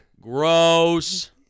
gross